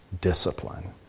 discipline